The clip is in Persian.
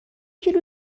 کیلو